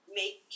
make